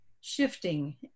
shifting